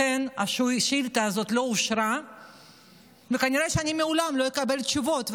לכן השאילתה הזו לא אושרה וכנראה שאני לעולם לא אקבל תשובות,